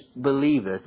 believeth